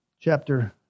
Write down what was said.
chapter